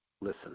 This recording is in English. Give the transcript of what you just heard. listen